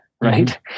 right